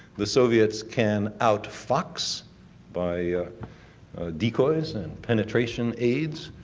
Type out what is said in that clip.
the soviets can outfox by decoys and penetration aids.